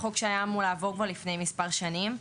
שהיה אמור לעבור כבר לפני מספר שנים.